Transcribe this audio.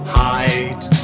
hide